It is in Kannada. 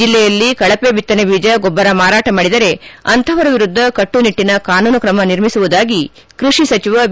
ಜಲ್ಲೆಯಲ್ಲಿ ಕಳಪೆ ಬಿತ್ತನೆ ಬೀಜ ಗೊಬ್ಬರ ಮಾರಾಟ ಮಾಡಿದರೆ ಅಂಥವರ ವಿರುದ್ದ ಕಟ್ಟುನಿಟ್ಟನ ಕಾನೂನು ತ್ರಮ ನಿರ್ಮಿಸುವುದಾಗಿ ಕೃಷಿ ಸಚಿವ ಬಿ